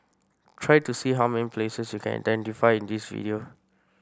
try to see how many places you can identify in this video